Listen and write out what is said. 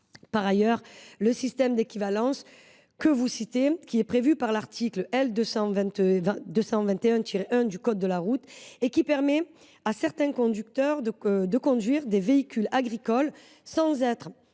Par ailleurs, le système d’équivalences que vous citez, qui est défini à l’article L. 221 1 du code de la route et qui permet à certaines personnes de conduire des véhicules agricoles sans être